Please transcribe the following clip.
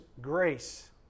grace